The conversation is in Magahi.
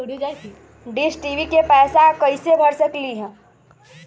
डिस टी.वी के पैईसा कईसे भर सकली?